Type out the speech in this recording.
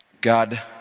God